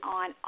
on